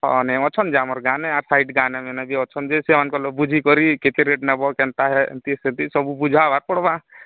ହଁ ଲେବର୍ ଅଛନ୍ତି ଯେ ଆମର ଗାଁରେ ଆର ସାଇଟି ଗାଁରେ ନେବି ଅଛନ୍ତି ସେ ଅଙ୍କଲ୍ ବୁଝି କରି କେତେ ରେଟ୍ ନବ କେନ୍ତା ଏନ୍ତି ସେନ୍ତି ସବୁ ବୁଝା ହବା ପଡ଼ବା